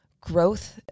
growth